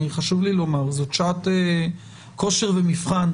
חשוב לי לומר שזאת שעת כושר למבחן.